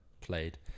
played